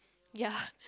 ya